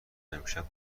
امشب